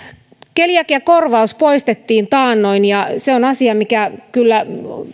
keliakiakorvaus poistettiin taannoin se on asia mikä kyllä